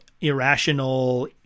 Irrational